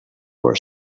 for